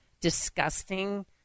disgusting